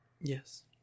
Yes